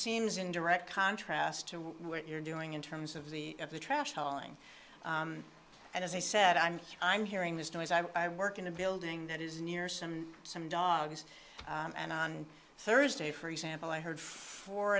seems in direct contrast to what you're doing in terms of the of the trash hauling and as i said i'm i'm hearing this noise i work in a building that is near some some dogs and on thursday for example i heard four